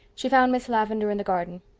she found miss lavendar in the garden.